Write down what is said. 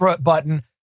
button